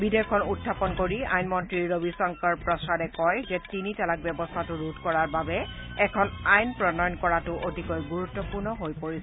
বিধেয়কখন উত্থাপন কৰি আইন মন্ত্ৰী ৰবি শংকৰ প্ৰসাদে কয় যে তিনি তালাক ব্যৱস্থাটো ৰোধ কৰাৰ বাবে এখন আইন প্ৰণয়ন কৰাটো অতিকৈ গুৰুত্বপূৰ্ণ হৈ পৰিছে